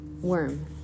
worm